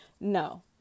No